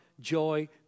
joy